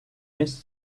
mrs